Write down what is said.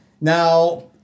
Now